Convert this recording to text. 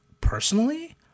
personally